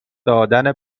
دادن